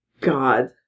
God